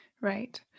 right